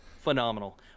Phenomenal